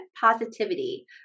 positivity